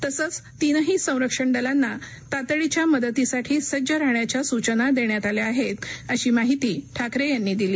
तसंच तीनही संरक्षण दलांना तातडीच्या मदतीसाठी सज्ज राहण्याच्या सूचना देण्यात आल्या आहेत अशी माहिती ठाकरे यांनी दिली